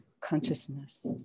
consciousness